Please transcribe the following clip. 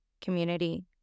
community